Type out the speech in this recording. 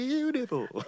Beautiful